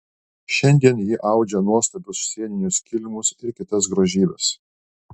šiandien ji audžia nuostabius sieninius kilimus ir kitas grožybes